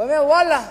ואני אומר: ואללה,